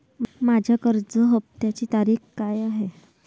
माझ्या कर्ज हफ्त्याची तारीख काय आहे?